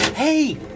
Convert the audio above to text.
Hey